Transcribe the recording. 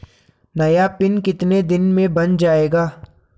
नया पिन कितने दिन में बन जायेगा?